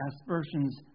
aspersions